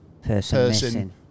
person